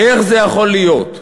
איך זה יכול להיות?